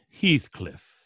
Heathcliff